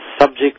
subject